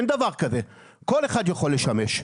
כל אחד יכול לשמש.